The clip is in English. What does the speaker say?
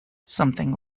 something